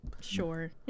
Sure